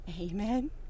Amen